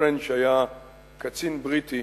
פרנץ' היה קצין בריטי